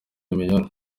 mignone